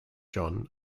john